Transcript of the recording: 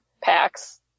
packs